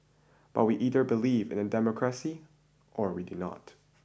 but we either believe in the democracy or we do not